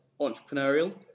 entrepreneurial